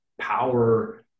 power